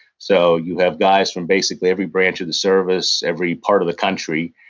so you have guys from basically every branch of the service, every part of the country,